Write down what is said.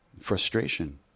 frustration